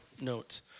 notes